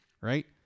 right